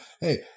hey